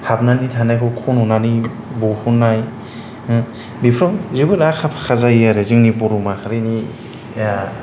हाबनानै थानायखौ खन'नानै बहननाय बेफोराव जेबो नङा आखा फाखा जायो आखा फाखा जायो आरो जोंनि बर' माहारिनिया